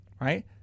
Right